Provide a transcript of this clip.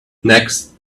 next